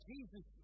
Jesus